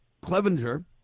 Clevenger